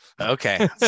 okay